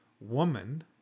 Woman